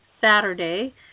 Saturday